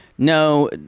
No